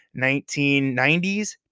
1990s